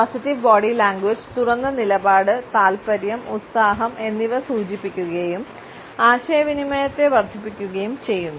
positive body language തുറന്ന നിലപാട് താൽപ്പര്യം ഉത്സാഹം എന്നിവ സൂചിപ്പിക്കുകയും ആശയവിനിമയത്തെ വർദ്ധിപ്പിക്കുകയും ചെയ്യുന്നു